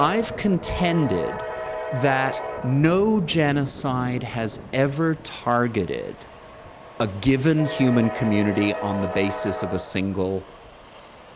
i've contended that no genocide has ever targeted a given human community on the basis of a single